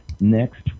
next